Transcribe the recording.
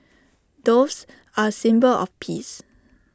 doves are A symbol of peace